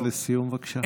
משפט לסיום, בבקשה.